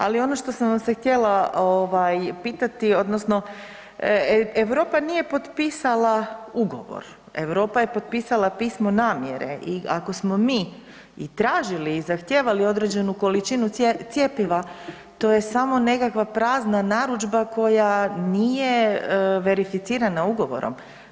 Ali ono što sam vam se htjela pitati, odnosno Europa nije potpisala ugovor, Europa je potpisala pismo namjere i ako smo mi i tražili i zahtijevali određenu količinu cjepiva to je samo nekakva prazna narudžba koja nije verificirana ugovorom.